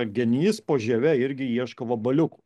genys po žieve irgi ieško vabaliukų